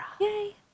Yay